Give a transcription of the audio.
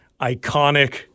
iconic